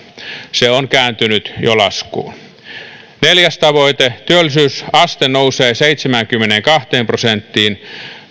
se on kääntynyt jo laskuun neljä työllisyysaste nousee seitsemäänkymmeneenkahteen prosenttiin